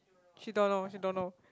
she don't know she don't know